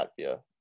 Latvia